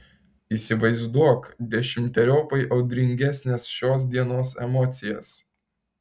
įsivaizduok dešimteriopai audringesnes šios dienos emocijas